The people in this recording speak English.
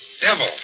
devil